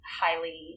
highly